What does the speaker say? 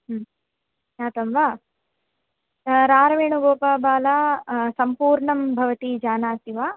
ज्ञातं वा रारवेणुः गोपाबाला सम्पूर्णं भवती जानाति वा